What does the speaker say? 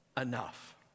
enough